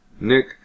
Nick